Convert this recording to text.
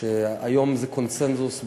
שהיום זה קונסנזוס בעולם: